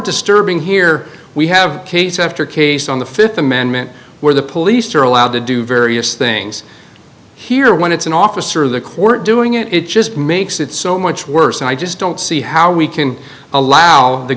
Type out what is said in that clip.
disturbing here we have case after case on the fifth amendment where the police are allowed to do various things here when it's an officer of the court doing it it just makes it so much worse and i just don't see how we can allow the